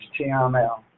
html